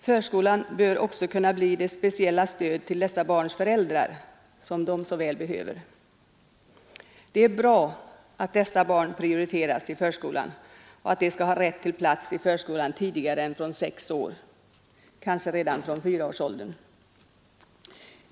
Förskolan bör också kunna bli det speciella stöd till dessa barns föräldrar som de så väl behöver. Det är bra att dessa barn prioriteras i förskolan och att de får rätt till plats i förskolan tidigare än från sex år, kanske redan från fyraårsåldern.